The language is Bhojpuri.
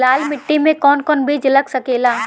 लाल मिट्टी में कौन कौन बीज लग सकेला?